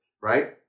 right